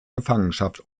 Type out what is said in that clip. gefangenschaft